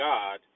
God